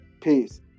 Peace